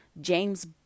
James